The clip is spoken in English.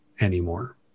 anymore